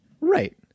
right